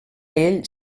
ell